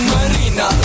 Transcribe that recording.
Marina